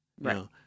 right